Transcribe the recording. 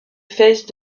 face